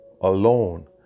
alone